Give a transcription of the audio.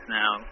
now